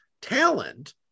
talent